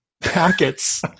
packets